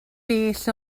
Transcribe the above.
bell